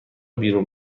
بیرون